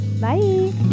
Bye